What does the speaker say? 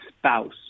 spouse